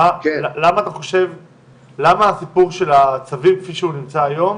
למה הסיפור של הצווים כפי שהוא נמצא היום